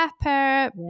pepper